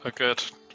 Okay